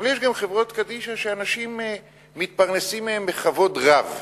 אבל יש גם חברות קדישא שאנשים מתפרנסים מהן בכבוד רב.